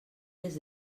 des